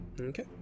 Okay